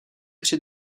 při